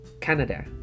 Canada